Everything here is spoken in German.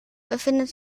befindet